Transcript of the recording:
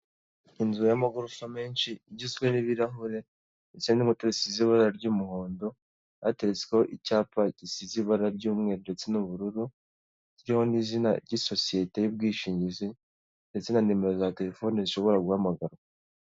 Inzu y'amagorofa menshi igizwe n'ibirahure ndetse n'inkuta zisize ibara ry'umuhondo, hateretsweho icyapa gisize ibara ry'umweru n'ubururu, ryo ni izina ry'iyi sosiyete y'ubwishingizi ndetse na nimero za telefoni zishobora guhamagarwa.